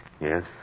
Yes